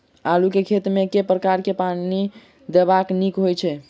आलु केँ खेत मे केँ प्रकार सँ पानि देबाक नीक होइ छै?